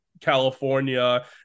California